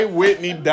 Whitney